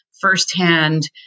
firsthand